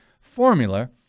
formula